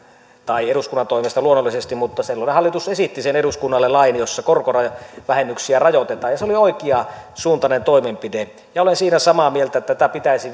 tai eduskunnan toimesta luonnollisesti mutta silloinen hallitus esitti sen eduskunnalle jossa korkovähennyksiä rajoitetaan ja se oli oikeansuuntainen toimenpide ja olen siitä samaa mieltä että tätä pitäisi